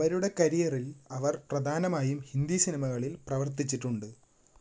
അവളുടെ കരിയറിൽ അവർ പ്രധാനമായും ഹിന്ദി സിനിമകളിൽ പ്രവർത്തിച്ചിട്ടുണ്ട്